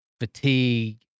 fatigue